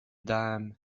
dam